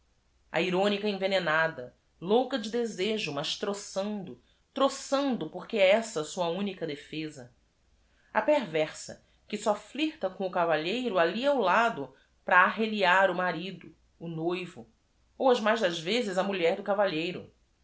a irônica envenenada louca de desejo mas troçando troçando porque é essa a sua única defesa a perversa que só f l i r t a com o cavalheiro a l l i ao lado para arreliar o marido o noivo ou ás mais das vezes a mulher do cavalheiro